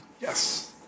Yes